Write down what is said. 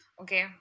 Okay